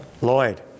Lloyd